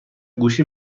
گوشی